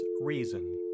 reason